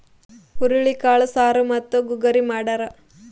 ಹುರುಳಿಕಾಳು ಸಾರು ಮತ್ತು ಗುಗ್ಗರಿ ಮಾಡ್ತಾರ